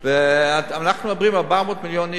ואנחנו מדברים על 400 מיליון איש.